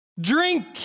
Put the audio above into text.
Drink